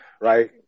right